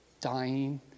dying